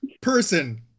person